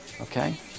Okay